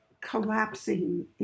collapsing